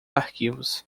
arquivos